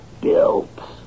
built